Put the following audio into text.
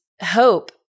hope